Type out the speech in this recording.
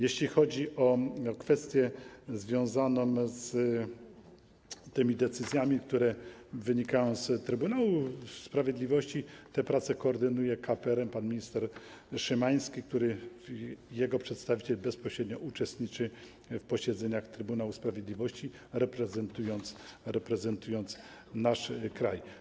Jeśli chodzi o kwestię związaną z tymi decyzjami, które wynikają z decyzji Trybunału Sprawiedliwości, ten prace koordynuje KPRM, pan minister Szymański, jego przedstawiciel bezpośrednio uczestniczy w posiedzeniach Trybunału Sprawiedliwości, reprezentując nasz kraj.